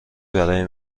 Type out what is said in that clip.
برای